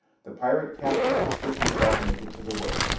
the pirate captain had stripped himself naked to the waist.